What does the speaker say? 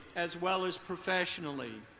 as well as professionally.